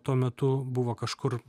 tuo metu buvo kažkur